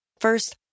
First